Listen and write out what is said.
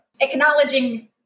acknowledging